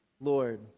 Lord